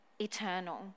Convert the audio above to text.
eternal